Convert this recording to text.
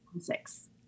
six